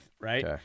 right